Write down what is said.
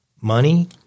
money